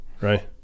Right